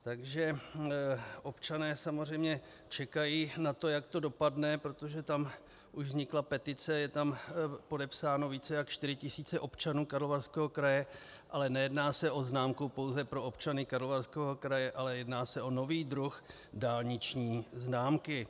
Takže občané samozřejmě čekají na to, jak to dopadne, protože tam už vznikla petice, jsou tam podepsány více jak čtyři tisíce občanů Karlovarského kraje, ale nejedná se o známku pouze pro občany Karlovarského kraje, ale jedná se o nový druh dálniční známky.